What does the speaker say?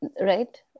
right